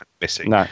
missing